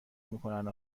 میکنن